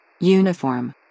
Uniform